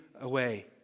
away